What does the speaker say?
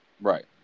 Right